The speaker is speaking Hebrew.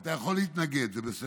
אתה יכול להתנגד, זה בסדר.